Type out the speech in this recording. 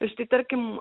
štai tarkim